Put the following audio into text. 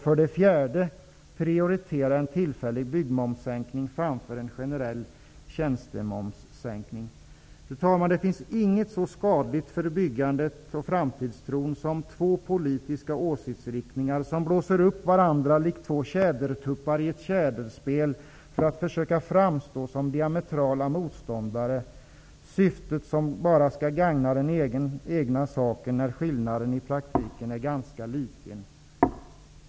För det fjärde: Prioritera en tillfällig byggmomssänkning framför en generell tjänstemomssänkning. Fru talman! Det finns inget så skadligt för byggandet och framtidstron som när företrädare för två politiska åsiktsriktningar blåser upp sig likt tuppar i ett tjäderspel för att försöka framstå som diametrala motståndare, bara i syfte att gagna den egna saken, då skillnaden i praktiken är ganska liten.